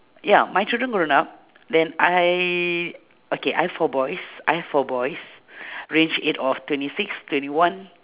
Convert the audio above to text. ya my children grown up then I okay I have four boys I have four boys range age of twenty six twenty one